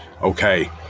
Okay